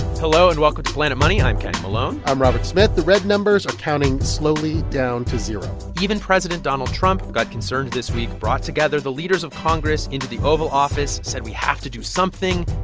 hello, and welcome to planet money. i'm kenny malone i'm robert smith. the red numbers are counting slowly down to zero even president donald trump got concerned this week, brought together the leaders of congress into the oval office, said, we have to do something.